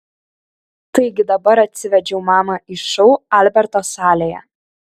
taigi dabar atsivedžiau mamą į šou alberto salėje